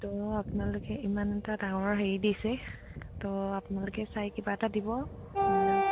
ত' আপোনালোকে ইমান এটা ডাঙৰ হেৰি দিছে ত' আপোনালোকে চাই কিবা এটা দিব